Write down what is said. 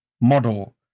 model